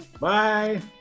Bye